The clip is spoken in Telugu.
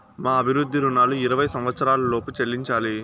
భూ అభివృద్ధి రుణాలు ఇరవై సంవచ్చరాల లోపు చెల్లించాలి